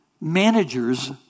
managers